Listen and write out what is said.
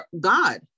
God